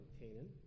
Canaan